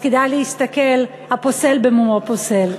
כדאי להסתכל, הפוסל במומו פוסל.